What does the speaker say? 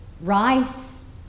rice